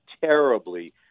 terribly